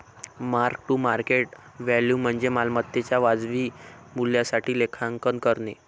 mark to market value म्हणजे मालमत्तेच्या वाजवी मूल्यासाठी लेखांकन करणे